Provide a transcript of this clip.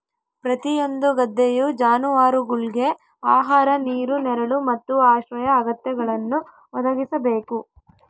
ಪ್ರತಿಯೊಂದು ಗದ್ದೆಯು ಜಾನುವಾರುಗುಳ್ಗೆ ಆಹಾರ ನೀರು ನೆರಳು ಮತ್ತು ಆಶ್ರಯ ಅಗತ್ಯಗಳನ್ನು ಒದಗಿಸಬೇಕು